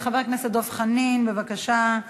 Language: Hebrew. חבר הכנסת דב חנין, מחד"ש, בבקשה.